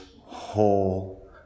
whole